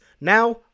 now